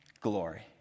glory